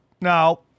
Now